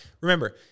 Remember